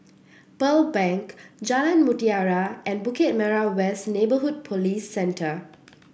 Pearl Bank Jalan Mutiara and Bukit Merah West Neighbourhood Police Center